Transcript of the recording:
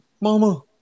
mama